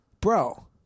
Bro